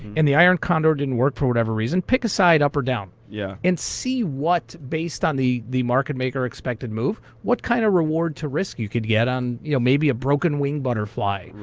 and the iron condor didn't work for whatever reason, pick a side, up or down, yeah and see what, based on the the market maker expected move, what kind of reward to risk you could get on you know maybe a broken winged butterfly,